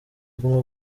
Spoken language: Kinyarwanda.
guma